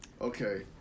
Okay